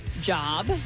Job